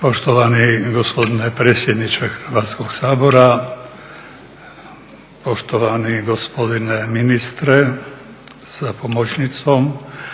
Poštovani gospodine predsjedniče Hrvatskog sabora, poštovani gospodine ministre sa pomoćnicom,